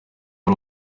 ari